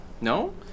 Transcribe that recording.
No